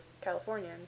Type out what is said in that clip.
California